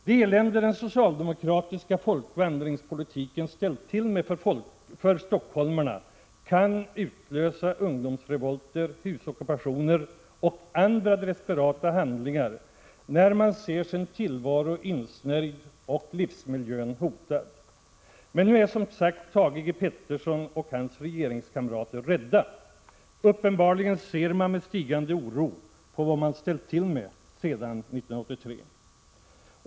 Det elände den socialdemokratiska folkvandringspolitiken ställt till med för stockholmarna kan utlösa ungdomsrevolter, husockupationer och andra desperata handlingar när man ser sin tillvaro insnärjd och livsmiljön hotad. Men nu är som sagt Thage G. Peterson och hans regeringskamrater rädda. Uppenbarligen ser man med stigande oro på vad man ställt till med sedan 1983.